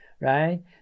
Right